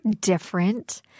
different